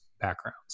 backgrounds